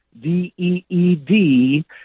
D-E-E-D